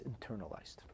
internalized